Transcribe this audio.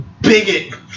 bigot